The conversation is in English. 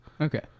Okay